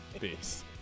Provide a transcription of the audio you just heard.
Peace